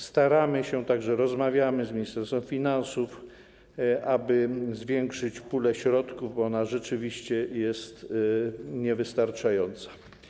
Staramy się - rozmawiamy także z Ministerstwem Finansów - zwiększyć pulę środków, bo ona rzeczywiście jest niewystarczająca.